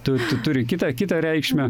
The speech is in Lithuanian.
tu turi kitą kitą reikšmę